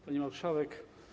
Pani Marszałek!